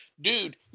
dude